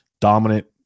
dominant